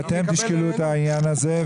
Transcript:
אתם תשקלו את העניין הזה,